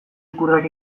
ikurrak